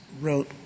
wrote